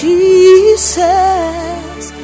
Jesus